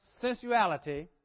sensuality